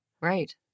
Right